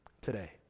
today